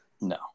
No